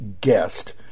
guest